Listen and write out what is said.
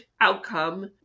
outcome